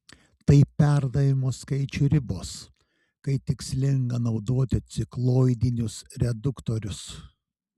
tai perdavimo skaičių ribos kai tikslinga naudoti cikloidinius reduktorius